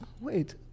Wait